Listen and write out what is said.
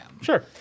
Sure